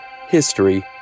history